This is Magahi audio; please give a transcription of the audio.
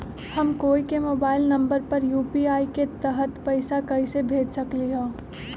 हम कोई के मोबाइल नंबर पर यू.पी.आई के तहत पईसा कईसे भेज सकली ह?